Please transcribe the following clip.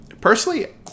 Personally